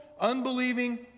unbelieving